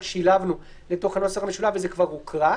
שילבנו לתוך הנוסח המשולב וזה כבר הוקרא.